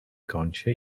kącie